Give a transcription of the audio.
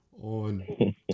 on